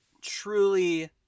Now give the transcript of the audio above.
Truly